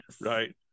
right